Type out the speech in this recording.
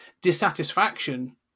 dissatisfaction